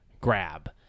grab